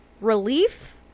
relief